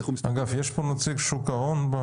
אנחנו מסתכלים --- האם נמצא פה נציג שוק ההון?